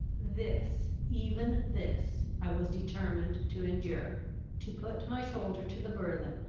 this, even this, i was determined to endure to put my shoulder to the burthen,